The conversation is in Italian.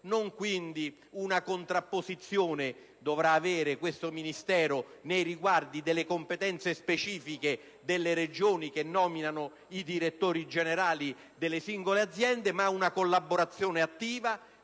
Non quindi una contrapposizione dovrà avere questo Ministero nei riguardi delle competenze specifiche delle Regioni che nominano i direttori generali delle singole aziende, ma una collaborazione attiva